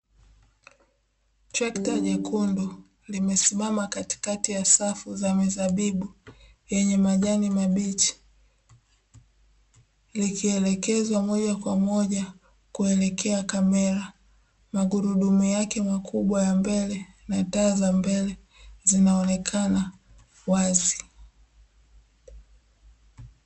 Trekta nyekundu limesimama katikati ya safu za mizabibu yenye majani mabichi, likielekezwa moja kwa moja kuelekea kamera, magurudumu yake makubwa ya mbele na taa za mbele zinaonekana wazi.